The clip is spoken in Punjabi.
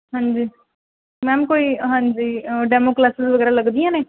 ਹਾਂਜੀ ਮੈਮ ਕੋਈ ਹਾਂਜੀ ਅ ਡੈਮੋ ਕਲਾਸਿਜ ਵਗੈਰਾ ਲੱਗਦੀਆਂ ਨੇ